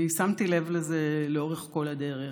אני שמתי לב לזה לאורך כל הדרך.